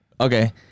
Okay